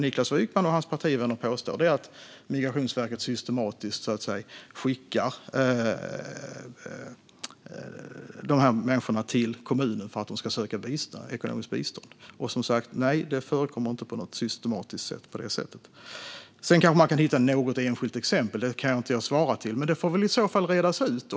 Niklas Wykman och hans partivänner påstår att Migrationsverket systematiskt skickar dessa människor till kommunen för att de ska söka ekonomiskt bistånd. Nej, det förekommer inte på något systematiskt sätt. Sedan kanske man hittar något enskilt exempel, men det kan jag inte svara på. Men det får i så fall redas ut.